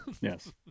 Yes